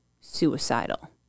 suicidal